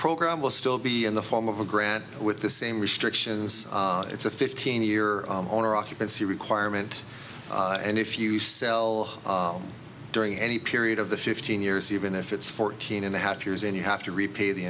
program will still be in the form of a grant with the same restrictions it's a fifteen year loan or occupancy requirement and if you sell during any period of the fifteen years even if it's fourteen and a half years then you have to repay the